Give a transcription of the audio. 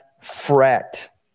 fret